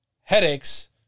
headaches